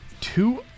Two